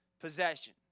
possession